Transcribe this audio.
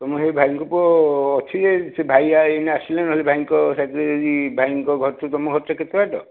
ତୁମ ସେ ଭାଇଙ୍କ ପୁଅ ଅଛି ସେ ଭାଇ ଏଇନା ଆସିଲେ ନହେଲେ ଭାଇଙ୍କ ସାଥିରେ ଯଦି ଭାଇଙ୍କ ଘରଠୁ ତୁମ ଘରଟା କେତେ ବାଟ